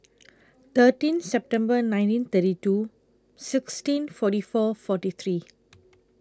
thirteen September nineteen thirty two sixteen forty four forty three